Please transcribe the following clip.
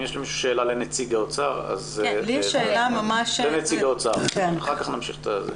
אם יש שאלה לנציג האוצר בבקשה, ואחר כך נמשיך.